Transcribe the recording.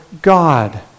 God